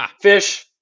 Fish